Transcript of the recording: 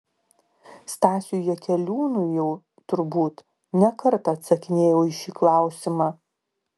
stasiui jakeliūnui jau turbūt ne kartą atsakinėjau į šį klausimą